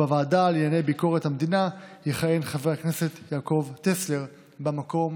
בוועדה לענייני ביקורת המדינה יכהן חבר הכנסת יעקב טסלר במקום